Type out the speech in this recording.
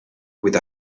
with